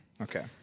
okay